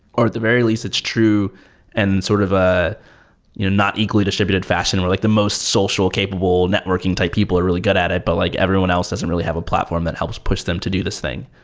or at the very least, it's true and sort of a you know not equally distributed fashion where like the most social capable networking type people are really good at it, but like everyone else doesn't really have a platform that helps push them to do this thing.